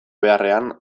beharrean